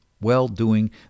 well-doing